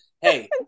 hey